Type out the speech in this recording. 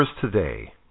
Today